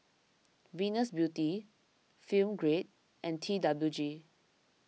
Venus Beauty Film Grade and T W G